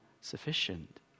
sufficient